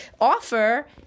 offer